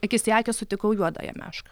akis į akį sutikau juodąją mešką